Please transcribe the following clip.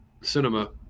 cinema